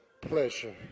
pleasure